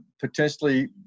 potentially